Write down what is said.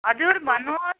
हजुर भन्नुहोस्